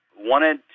wanted